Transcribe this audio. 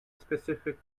specific